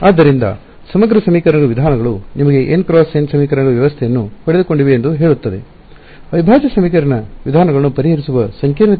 ಆದ್ದರಿಂದ ಸಮಗ್ರ ಸಮೀಕರಣ ವಿಧಾನಗಳು ನಿಮಗೆ n × n ಸಮೀಕರಣಗಳ ವ್ಯವಸ್ಥೆಯನ್ನು ಪಡೆದುಕೊಂಡಿವೆ ಎಂದು ಹೇಳುತ್ತದೆ ಅವಿಭಾಜ್ಯ ಸಮೀಕರಣ ವಿಧಾನಗಳನ್ನು ಪರಿಹರಿಸುವ ಸಂಕೀರ್ಣತೆ ಏನು